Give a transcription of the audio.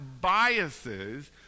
biases